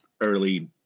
early